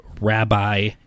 rabbi